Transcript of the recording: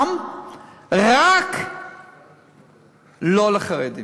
רק לא לחרדים.